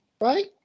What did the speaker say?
Right